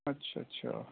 اچھا اچھا